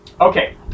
Okay